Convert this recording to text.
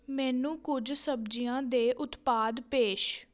ਮੈਨੂੰ ਕੁਝ ਸਬਜ਼ੀਆਂ ਦੇ ਉਤਪਾਦ ਪੇਸ਼